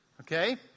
Okay